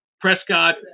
Prescott